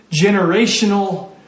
generational